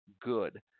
good